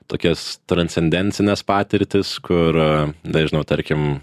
tokias transcendencines patirtis kur a nežinau tarkim